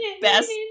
best